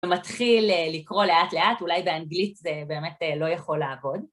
מתחיל לקרוא לאט לאט, אולי באנגלית זה באמת לא יכול לעבוד.